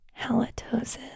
halitosis